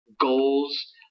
goals